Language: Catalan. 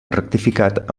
rectificat